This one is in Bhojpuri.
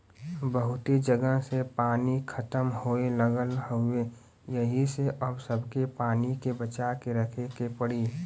बहुते जगह से पानी खतम होये लगल हउवे एही से अब सबके पानी के बचा के रखे के पड़ी